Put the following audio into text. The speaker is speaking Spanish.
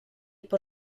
por